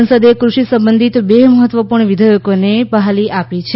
સંસદે કૃષિ સંબંધિત બે મહત્વપુર્ણ વિધેયકોને બહાલી આપી છે